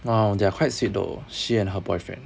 !wow! they are quite sweet though she and her boyfriend